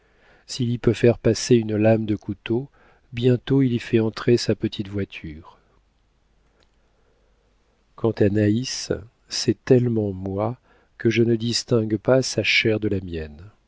s'il y peut faire passer une lame de couteau bientôt il y fait entrer sa petite voiture quant à naïs c'est tellement moi que je ne distingue pas sa chair de la mienne